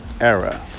era